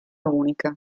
unica